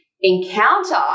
encounter